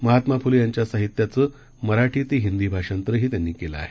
महात्मा फुले यांच्या साहित्याचं मराठी ते हिंदी भाषांतरही त्यांनी केलं आहे